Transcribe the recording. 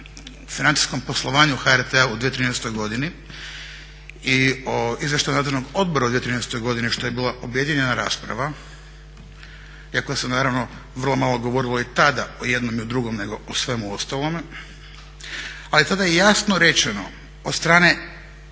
o financijskom poslovanju HRT-a u 2013. godini i o Izvještaju Nadzornog odbora u 2013. godini što je bila objedinjena rasprava iako se naravno vrlo malo govorilo i tada o jednom i o drugom nego o svemu ostalome ali tada je jasno rečeno od strane